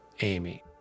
Amy